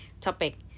topic